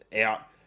out